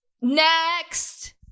Next